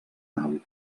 nau